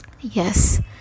Yes